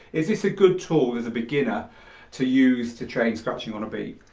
is this a good tool as a beginner to use to train scratching on a beat?